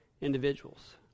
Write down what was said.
individuals